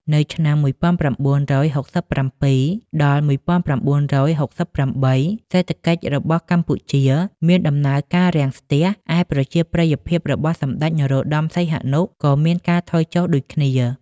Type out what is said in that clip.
នៅឆ្នាំ១៩៦៧ ដល់ ១៩៦៨ សេដ្ឋកិច្ចរបស់កម្ពុជាមានដំណើររាំងស្ទះ ឯប្រជាប្រិយភាពរបស់សម្តេច នរោត្តមសីហនុ ក៏មានការថយចុះដូចគ្នា។